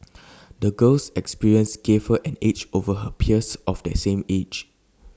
the girl's experiences gave her an edge over her peers of the same age